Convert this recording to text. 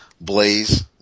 blaze